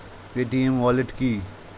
Paytm wallet কি?